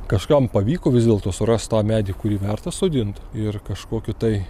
kažkam pavyko vis dėlto surast tą medį kurį verta sodint ir kažkokiu tai